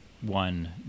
One